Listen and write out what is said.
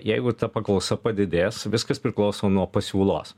jeigu ta paklausa padidės viskas priklauso nuo pasiūlos